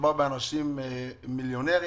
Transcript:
מדובר באנשים מיליונרים,